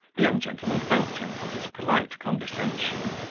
the young gentleman thanked him for his polite condescension,